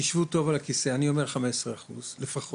תשבו טוב על הכיסא, אני אומר 15% לפחות.